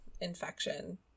infection